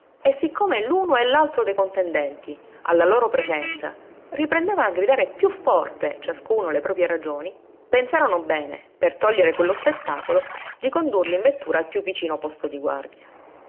e siccome l'uno e l'altro dei contendenti alla loro presenza riprendevano a gridare piú forte ciascuno le proprie ragioni pensarono bene per togliere quello spettacolo di condurli in vettura al piú vicino posto di guardia